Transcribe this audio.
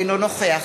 אינו נוכח